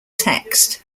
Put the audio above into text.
text